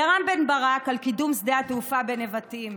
לרם בן ברק, על קידום שדה התעופה בנבטים,